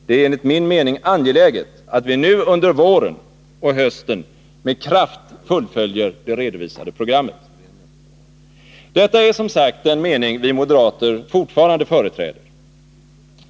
Det är enligt min mening angeläget att vi nu under våren och hösten med kraft fullföljer det redovisade programmet.” Detta är som sagt den mening vi moderater fortfarande företräder.